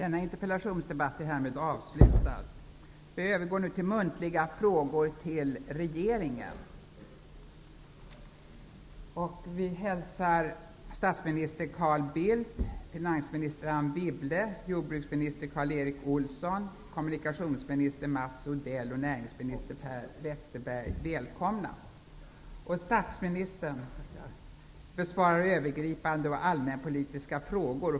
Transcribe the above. Jag hälsar statsminister Carl Bildt , finansminister Anne Wibble , jordbruksminister Karl Erik Olsson , kommunikationsminister Mats Odell och näringsminister Per Westerberg välkomna. Statsministern besvarar övergripande och allmänpolitiska frågor.